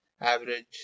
average